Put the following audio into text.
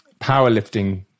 powerlifting